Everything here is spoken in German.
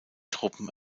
truppen